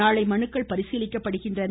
நாளை மனுக்கள் பரிசீலிக்கப்படுகின்றன